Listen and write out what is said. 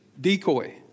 decoy